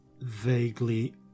vaguely